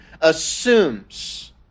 assumes